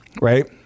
right